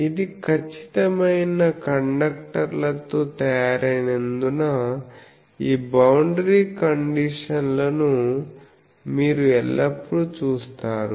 ఇది ఖచ్చితమైన కండక్టర్లతో తయారైనందున ఈ బౌండరీ కండిషన్లను మీరు ఎల్లప్పుడూ చూస్తారు